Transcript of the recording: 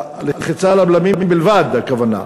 לחיצה על הבלמים בלבד, הכוונה.